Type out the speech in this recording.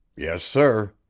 yes, sir.